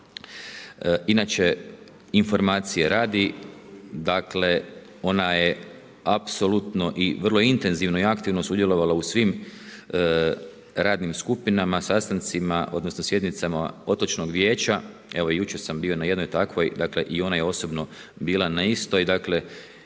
Inače informacije radi, dakle ona je apsolutno i vrlo intenzivno i aktivno sudjelovala su svim radnim skupinama, sastancima odnosno sjednicama otočnog vijeća. Evo jučer sam bio na jednoj takvoj, dakle i ona je osobno bila na istoj gdje